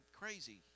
crazy